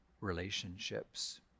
relationships